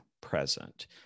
present